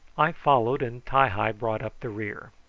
i followed, and ti-hi brought up the rear.